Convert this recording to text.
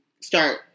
start